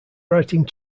writing